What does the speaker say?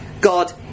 God